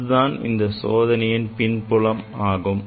இதுதான் இந்த சோதனையின் பின்புலம் ஆகும்